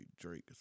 Drake